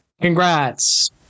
Congrats